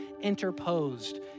interposed